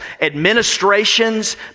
Administrations